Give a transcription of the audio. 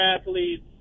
athletes